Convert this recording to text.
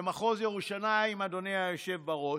במחוז ירושלים, אדוני היושב-ראש,